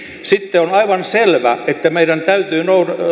sitten on aivan selvä että meidän täytyy